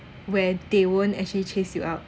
where they won't actually chase you out